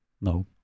no